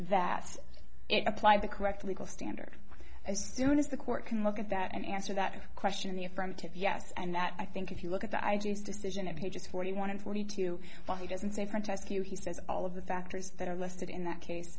it applied the correct legal standard as soon as the court can look at that and answer that question in the affirmative yes and that i think if you look at the i'd use decision of pages forty one and forty two but he doesn't say for test you he says all of the factors that are listed in that case